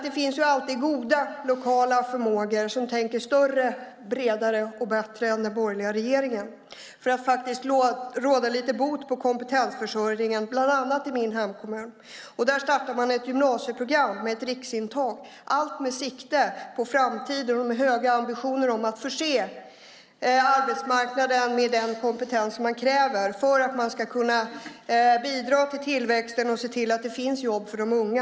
Det finns ju alltid goda lokala förmågor som tänker större, bredare och bättre än den borgerliga regeringen för att faktiskt råda lite bot på kompetensförsörjningen, bland annat i min hemkommun. Där startade man ett gymnasieprogram med ett riksintag, allt med sikte på framtiden. Och det var höga ambitioner om att förse arbetsmarknaden med den kompetens som krävs för att man ska kunna bidra till tillväxten och se till att det finns jobb för de unga.